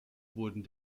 wurden